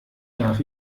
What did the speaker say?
darf